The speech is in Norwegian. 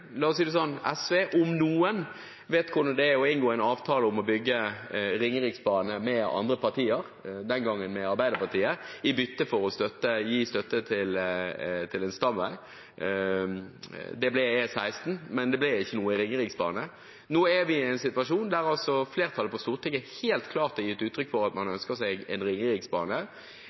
La oss si det slik: SV – om noen – vet hvordan det er å inngå en avtale om å bygge Ringeriksbane med andre partier, den gangen med Arbeiderpartiet, i bytte for å gi støtte til en stamvei. Det ble E16, men det ble ikke noe Ringeriksbane. Nå er vi i en situasjon der flertallet på Stortinget helt klart har gitt uttrykk for at man ønsker seg en Ringeriksbane.